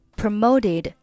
promoted